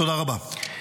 תודה רבה.